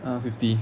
!huh! fifty